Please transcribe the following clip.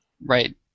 Right